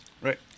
Right